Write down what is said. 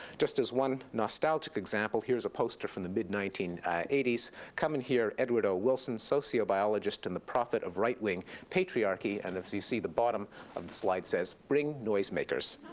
just as one nostalgic example, here's a poster from the mid nineteen eighty s coming here edward l. wilson, sociobiologist, and the prophet of right wing patriarchy. and if you see, the bottom of the slide says, bring noisemakers.